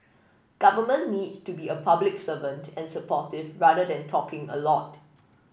government needs to be a public servant and supportive rather than talking a lot